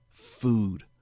Food